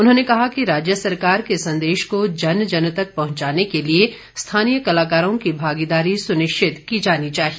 उन्होंने कहा कि राज्य सरकार के संदेश को जन जन तक पहुंचाने के लिए स्थानीय कलाकारों की भागीदारी सुनिश्चित की जानी चाहिए